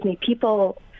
people